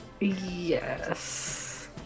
Yes